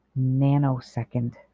nanosecond